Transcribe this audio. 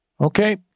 Okay